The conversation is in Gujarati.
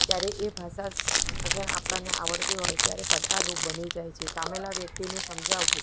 ત્યારે એ ભાષા અગર આપણને આવડતી હોય ત્યારે પડકારરૂપ બની જાય છે સામેલા વ્યક્તિને સમજાવવું